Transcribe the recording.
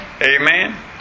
Amen